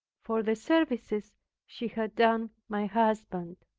for the services she had done my husband.